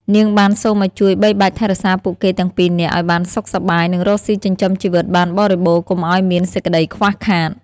នាងបានសូមឲ្យជួយបីបាច់ថែរក្សាពួកគេទាំងពីរនាក់ឲ្យបានសុខសប្បាយ និងរកស៊ីចិញ្ចឹមជីវិតបានបរិបូណ៌ កុំឲ្យមានសេចក្ដីខ្វះខាត។